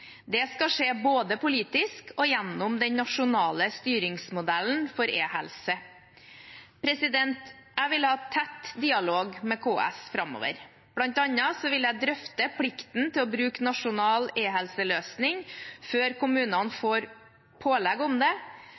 Det skal skje både politisk og gjennom den nasjonale styringsmodellen for e-helse. Jeg vil ha tett dialog med KS framover. Blant annet vil jeg drøfte plikten til å bruke nasjonal e-helseløsning før kommunene får pålegg om